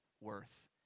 worth